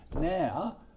Now